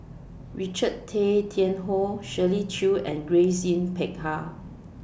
Richard Tay Tian Hoe Shirley Chew and Grace Yin Peck Ha